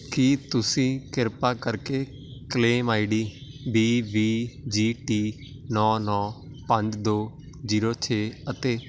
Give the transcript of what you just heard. ਕੀ ਤੁਸੀਂ ਕਿਰਪਾ ਕਰਕੇ claim I D V V G T ਨੌਂ ਨੌਂ ਪੰਜ ਦੋ ਜੀਰੋ ਛੇ ਅਤੇ